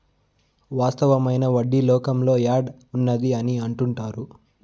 వాస్తవమైన వడ్డీ లోకంలో యాడ్ ఉన్నది అని అంటుంటారు